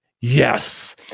Yes